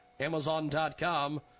Amazon.com